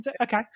Okay